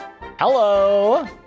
Hello